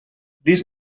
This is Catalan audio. dis